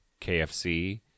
KFC